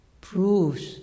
proves